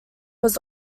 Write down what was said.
was